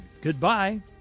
Goodbye